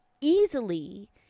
easily